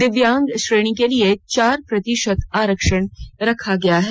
दिव्यांग श्रेणी के लिए चार प्रतिशत आरक्षण रखा गया है